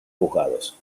jugados